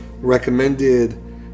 recommended